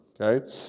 okay